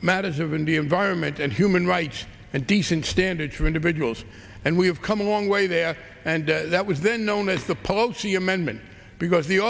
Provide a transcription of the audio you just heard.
matters of in the environment and human rights and decent standard to individuals and we have come a long way there and that was then known as the policy amendment because the